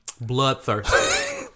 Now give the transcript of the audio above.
bloodthirsty